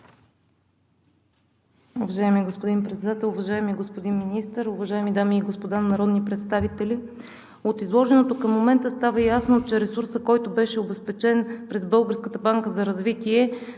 Уважаеми господин Председател, уважаеми господин Министър, уважаеми дами и господа народни представители! От изложеното към момента става ясно, че ресурсът, който беше обезпечен през Българската банка за развитие,